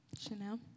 Chanel